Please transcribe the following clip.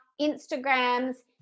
Instagram's